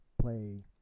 play